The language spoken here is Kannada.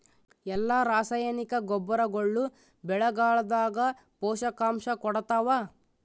ಎಲ್ಲಾ ರಾಸಾಯನಿಕ ಗೊಬ್ಬರಗೊಳ್ಳು ಬೆಳೆಗಳದಾಗ ಪೋಷಕಾಂಶ ಕೊಡತಾವ?